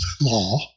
law